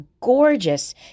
gorgeous